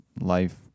life